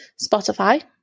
spotify